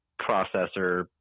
processor –